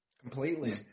Completely